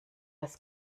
das